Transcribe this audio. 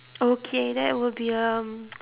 okay that will be um